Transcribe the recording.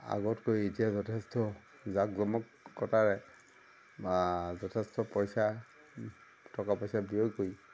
আগতকৈ এতিয়া যথেষ্ট জাক জমকতাৰে যথেষ্ট পইচা টকা পইচা ব্যয় কৰি